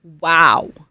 Wow